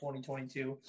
2022